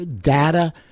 data